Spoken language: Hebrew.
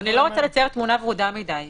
אני לא רוצה לצייר תמונה ורודה מדי,